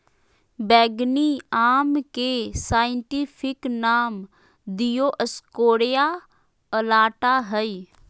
बैंगनी आम के साइंटिफिक नाम दिओस्कोरेआ अलाटा हइ